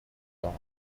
dar